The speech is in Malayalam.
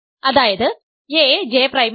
അതായത് a J പ്രൈമിലാണ്